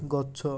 ଗଛ